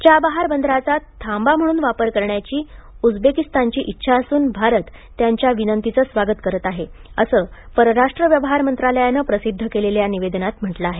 Chabahar बंदराचा थांबा म्हणून वापर करण्याची उझबेकिस्तानची इच्छा असून भारत त्यांच्या विनंतीचे स्वागत करत आहे असे परराष्ट्र व्यवहार मंत्रालयाने प्रसिद्ध केलेल्या निवेदनात म्हटले आहे